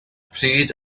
pryd